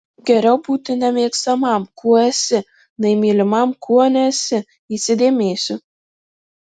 geriau būti nemėgstamam kuo esi nei mylimam kuo nesi įsidėmėsiu